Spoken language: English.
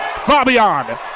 Fabian